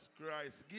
Christ